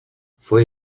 fue